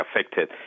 affected